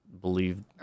believe